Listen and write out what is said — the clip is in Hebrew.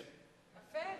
יפה.